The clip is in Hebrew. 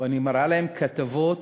ואני מראה להם כתבות